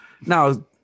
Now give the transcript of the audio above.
Now